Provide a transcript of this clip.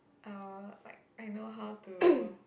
uh like I know how to